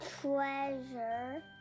treasure